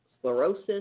sclerosis